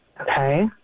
Okay